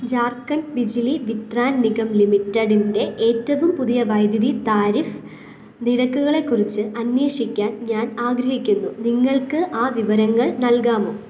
ഝാർഖണ്ഡ് ബിജ്ലി വിത്രൻ നിഗം ലിമിറ്റഡിൻ്റെ ഏറ്റവും പുതിയ വൈദ്യുതി താരിഫ് നിരക്കുകളെ കുറിച്ച് അന്വേഷിക്കാൻ ഞാൻ ആഗ്രഹിക്കുന്നു നിങ്ങൾക്ക് ആ വിവരങ്ങൾ നൽകാമോ